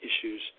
issues